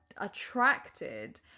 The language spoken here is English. attracted